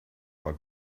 war